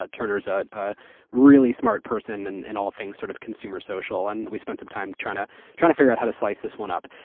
but turner is a ah really smart person and in all things sort of consumer-social and we spent some time trying to trying to figure out how to slice this one up.